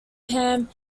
pam